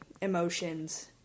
emotions